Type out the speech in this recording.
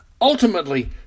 Ultimately